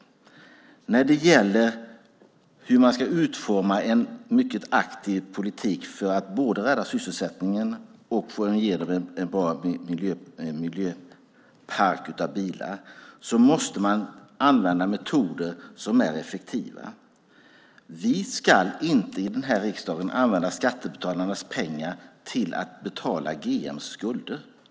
När det gäller hur man ska utforma en mycket aktiv politik för att både rädda sysselsättningen och få en miljömässigt varaktig bilpark måste man använda metoder som är effektiva. Vi ska inte i den här riksdagen använda skattebetalarnas pengar till att betala GM:s skulder.